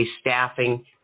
staffing